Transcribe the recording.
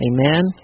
Amen